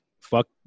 fuck